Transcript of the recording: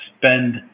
spend